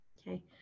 Okay